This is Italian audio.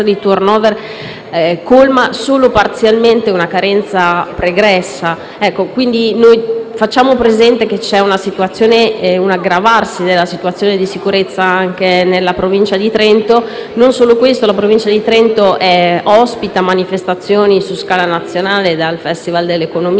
di *turnover*, colmano solo parzialmente una carenza che era pregressa. Facciamo presente che c'è un aggravarsi della situazione della sicurezza anche nella Provincia di Trento. Non solo, ma la Provincia di Trento ospita manifestazioni su scala nazionale, dal Festival dell'economia